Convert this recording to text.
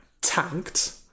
tanked